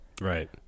Right